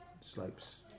slopes